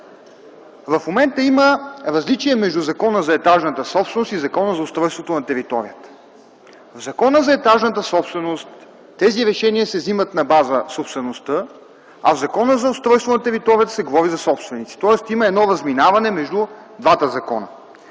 В момента има различие между Закона за етажната собственост и Закона за устройство на територията. В Закона за етажната собственост тези решения се вземат на база на собствеността, а в Закона за устройство на територията се говори за собственици. Има следователно разминаване между двата закона.